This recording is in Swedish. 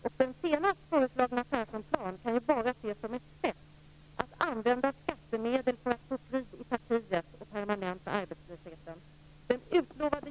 1995 jämfört med 1994 är 61 000 jobb.